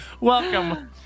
welcome